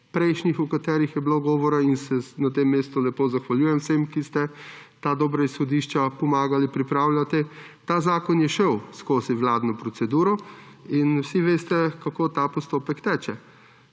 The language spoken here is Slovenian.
prejšnjih, o katerih je bilo govora – in se na tem mestu lepo zahvaljujem vsem, ki ste ta dobra izhodišča pomagali pripravljati –, ta zakon je šel skozi vladno proceduro in vsi veste, kako ta postopek teče.